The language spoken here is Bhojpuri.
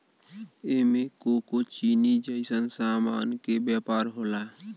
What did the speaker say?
एमे कोको चीनी जइसन सामान के व्यापार होला